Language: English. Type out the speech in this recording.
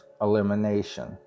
elimination